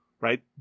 right